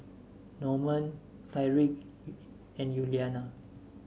Normand Tyriq and Yuliana